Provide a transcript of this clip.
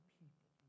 people